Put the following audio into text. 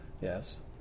Yes